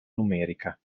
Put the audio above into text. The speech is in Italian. numerica